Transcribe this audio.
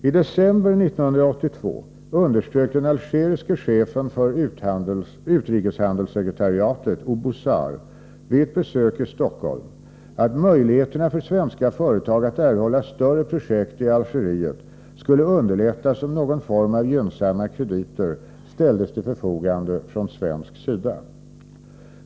I december 1982 underströk den algeriske chefen för utrikeshandelssekretariatet, Oubouzar, vid ett besök i Stockholm att möjligheterna för svenska företag att erhålla större projekt i Algeriet skulle underlättas om någon form av gynnsamma krediter ställdes till förfogande från svensk sida.